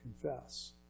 confess